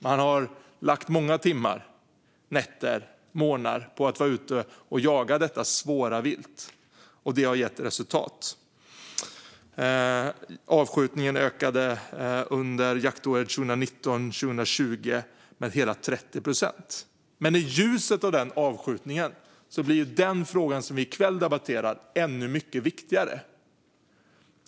Man har lagt många timmar, nätter och morgnar på att vara ute och jaga detta svåra vilt, och det har gett resultat. Avskjutningen ökade under jaktåret 2019/20 med hela 30 procent. I ljuset av denna avskjutning blir frågan som vi debatterar i kväll ännu viktigare.